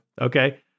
Okay